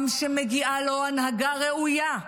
עם שמגיעה לו הנהגה ראויה,